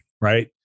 right